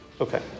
Okay